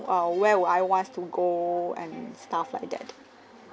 uh where I would I want to go and stuff like that